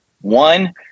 one